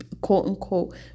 quote-unquote